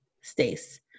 stace